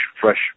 fresh